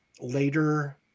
later